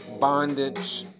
bondage